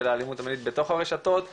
האלימות המילולית בתוך הרשתות החברתיות.